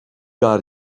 got